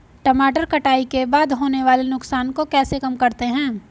टमाटर कटाई के बाद होने वाले नुकसान को कैसे कम करते हैं?